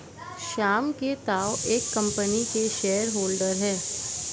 श्याम के ताऊ एक कम्पनी के शेयर होल्डर हैं